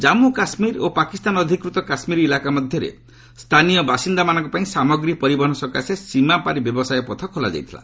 ଜାମ୍ପୁ କାଶ୍ମୀର ଓ ପାକିସ୍ତାନ ଅଧିକୃତ କାଶ୍ମୀର ଇଲାକା ମଧ୍ୟରେ ସ୍ଥାନୀୟ ବାସିନ୍ଦାମାନଙ୍କ ପାଇଁ ସାମଗ୍ରୀ ପରିବହନ ସକାଶେ ସୀମାପାରୀ ବ୍ୟବସାୟ ପଥ ଖୋଲା ଯାଇଥିଲା